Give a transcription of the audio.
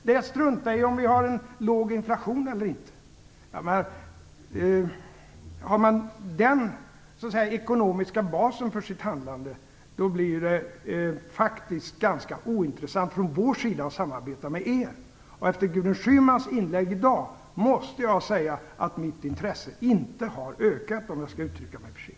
Det är att strunta i om vi har en låg inflation eller inte. Har man den ekonomiska basen för sitt handlande menar jag att det faktiskt blir ganska ointressant för oss att samarbeta med er. Efter Gudrun Schymans inlägg i dag måste jag säga att mitt intresse inte har ökat, om jag skall uttrycka mig försiktigt.